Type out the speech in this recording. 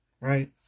Right